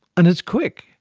and it's quick.